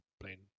plain